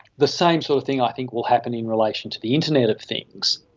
the same sort of thing i think will happen in relation to the internet of things.